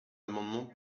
amendements